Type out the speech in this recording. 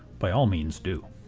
by all means do.